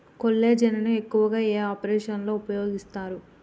కొల్లాజెజేని ను ఎక్కువగా ఏ ఆపరేషన్లలో ఉపయోగిస్తారు?